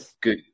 good